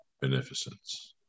beneficence